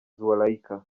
zoulaika